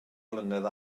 flynedd